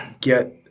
get